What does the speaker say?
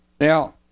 Now